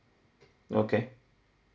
okay